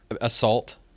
assault